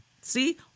See